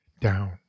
Down